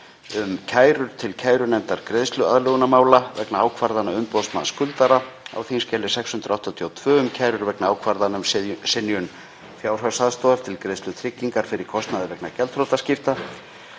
um kærur til kærunefndar greiðsluaðlögunarmála vegna ákvarðana umboðsmanns skuldara, á þskj. 682, um kærur vegna ákvarðana um synjun fjárhagsaðstoðar til greiðslu tryggingar fyrir kostnaði vegna gjaldþrotaskipta